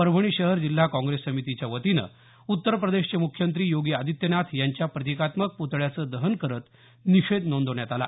परभणी शहर जिल्हा काँप्रेस समितीच्या वतीनं उत्तर प्रदेशचे मुख्यमंत्री योगी आदित्यनाथ यांच्या प्रतिकात्मक पुतळ्याचं दहन करत निषेध नोंदवण्यात आला